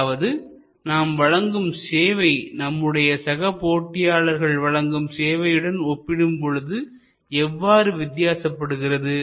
அதாவது நாம் வழங்கும் சேவை நம்முடைய சக போட்டியாளர்கள் வழங்கும் சேவையுடன் ஒப்பிடும் பொழுது எவ்வாறு வித்தியாசப்படுகிறது